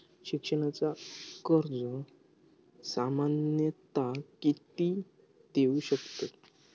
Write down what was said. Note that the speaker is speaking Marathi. शिक्षणाचा कर्ज सामन्यता किती देऊ शकतत?